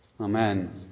Amen